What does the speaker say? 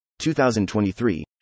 2023